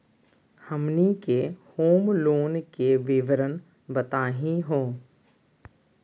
हमनी के home loan के विवरण बताही हो?